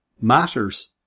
matters